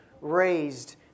raised